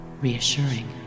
reassuring